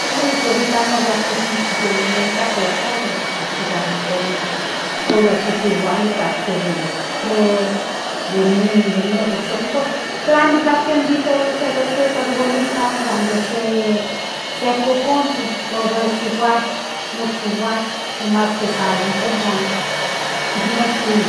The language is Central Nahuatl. Pues lógico nijki in olla ye nen kate ollas por que ya diferentes ollas yikinhualika de exprés de nin den neka okseki cosas pero amikla ikpia in diferencias dese cashuelita huan des se kokonzhin todo es igual nochi igual mas ki sa yintejuan